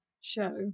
show